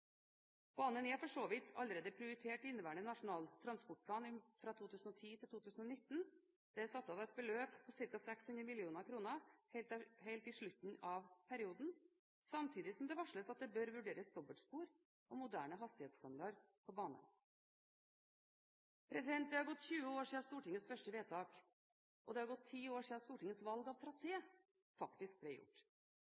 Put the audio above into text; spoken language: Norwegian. for gjennomføring. Banen er for så vidt allerede prioritert i inneværende Nasjonal transportplan for 2010–2019. Det er satt av et beløp på ca. 600 mill. kr helt i slutten av perioden, samtidig som det varsles at det bør vurderes dobbeltspor og moderne hastighetsstandard på banen. Det har gått 20 år siden Stortingets første vedtak, og det har gått 10 år siden Stortingets valg av